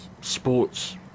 sports